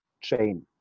chain